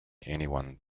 anyone